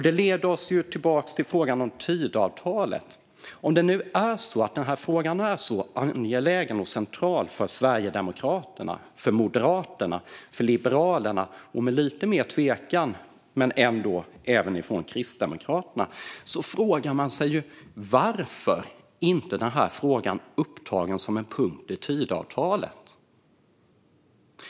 Det leder oss tillbaka till frågan om Tidöavtalet. Om denna fråga nu är så angelägen och central för Sverigedemokraterna, för Moderaterna, för Liberalerna och, med lite mer tvekan, för Kristdemokraterna frågar man sig varför den inte har upptagits som en punkt i Tidöavtalet.